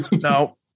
No